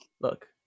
look